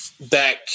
back